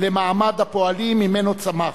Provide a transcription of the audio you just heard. למעמד הפועלים, שממנו צמח.